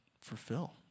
fulfill